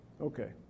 Okay